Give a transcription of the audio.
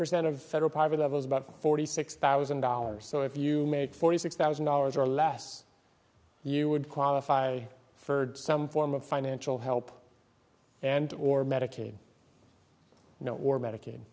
percent of federal poverty level is about forty six thousand dollars so if you make forty six thousand dollars or less you would qualify for some form of financial help and or medicaid you know or medica